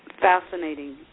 Fascinating